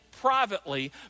privately